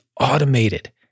automated